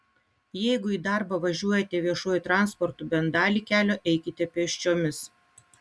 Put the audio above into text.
jeigu į darbą važiuojate viešuoju transportu bent dalį kelio eikite pėsčiomis